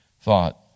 thought